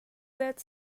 that